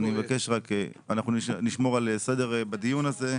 אני מבקש, אנחנו נשמור על סדר בדיון הזה.